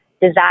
desire